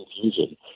confusion